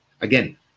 again